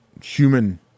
human